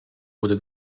wurde